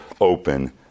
open